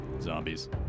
zombies